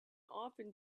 often